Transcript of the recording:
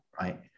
right